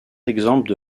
exemples